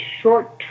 short